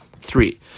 three